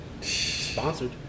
Sponsored